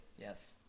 Yes